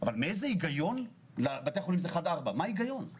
ואחרי זה ליברמן לא רצה לקיים את זה.